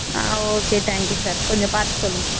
ah okay thank you sir கொஞ்சம் பார்த்துச் சொல்லுங்கள்